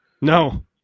No